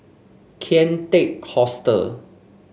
Kian Teck Hostel